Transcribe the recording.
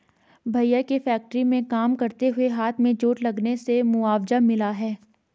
भैया के फैक्ट्री में काम करते हुए हाथ में चोट लगने से मुआवजा मिला हैं